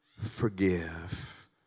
forgive